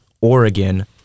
Oregon